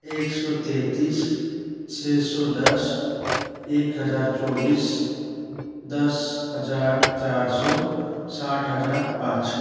एक सौ तैंतीस छ सौ दस एक हज़ार चौबीस दस हज़ार चार सौ साठ हज़ार पाँच